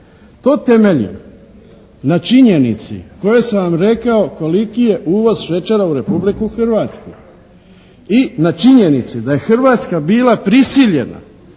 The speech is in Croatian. To temeljim na činjenici koje sam vam rekao koliki je uvoz šećera u Republiku Hrvatsku i na činjenici da je Hrvatska bila prisiljena